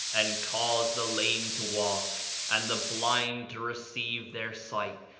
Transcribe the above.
and cause the lame to walk, and the blind to receive their sight,